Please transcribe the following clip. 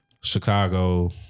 Chicago